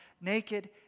naked